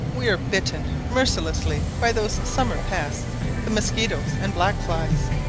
we are bitten mercilessly by those summer pests the mosquitoes and black flies.